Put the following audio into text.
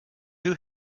who